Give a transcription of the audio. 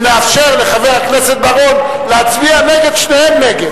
ונאפשר לחבר הכנסת בר-און להצביע נגד שתיהן.